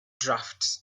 draft